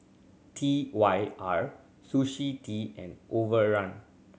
T Y R Sushi Tei and Overrun